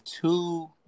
two